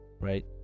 Right